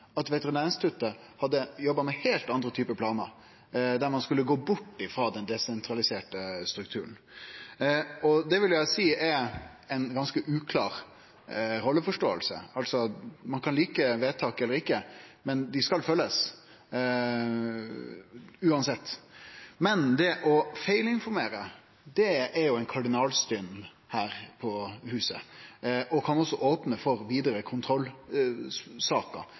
at Veterinærinstituttet hadde jobba med heilt andre typar planar, der ein skulle gå bort frå den desentraliserte strukturen. Det vil eg seie er ei ganske uklar rolleforståing. Ein kan like vedtak eller ikkje, men dei skal uansett følgjast. Men det å feilinformere er jo ei kardinalsynd her i huset og kan også opne for vidare kontrollsaker.